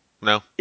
no